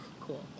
Cool